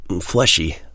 fleshy